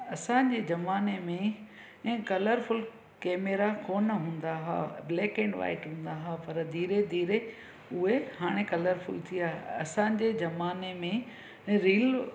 असांजी जमाने में ऐं कलरफुल कैमरा कोन्ह हूंदा हा ब्लैक एन वाइट हूंदा हा पर धीरे धीरे उहे हाणे कलरफुल थिया असांजे जमाने में रील